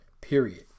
period